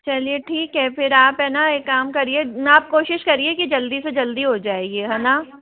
चलिये ठीक है फिर आप है ना एक काम करिये मैं आप कोशिश करिये कि जल्दी से जल्दी हो जाएगी है न